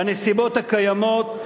בנסיבות הקיימות,